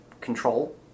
control